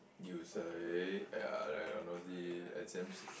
you say !aiya! honestly exams